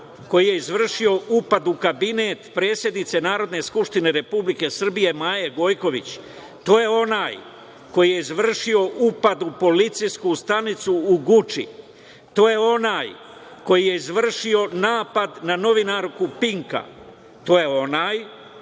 koji je izvršio upad u kabinet predsednice Narodne skupštine Republike Srbije, Maje Gojković, to je onaj koji je izvršio upad u policijsku stanicu u Guči, to je onaj koji je izvršio napad na novinarku „Pinka“, to je onaj